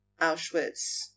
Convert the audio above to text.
Auschwitz